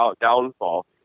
downfall